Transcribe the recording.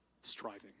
striving